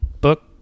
book